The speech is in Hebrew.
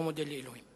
לא מודה לאלוהים.